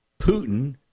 Putin